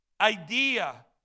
idea